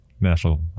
National